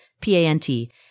P-A-N-T